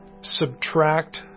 subtract